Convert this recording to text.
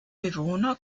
bewohner